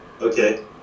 Okay